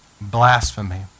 Blasphemy